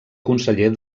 conseller